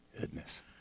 Goodness